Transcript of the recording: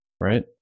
Right